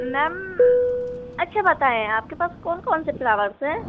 میم اچھا بتائیں آپ کے پاس کون کون سے فلاورس ہیں